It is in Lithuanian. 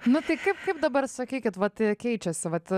nu tai kaip kaip dabar sakykit vat keičiasi vat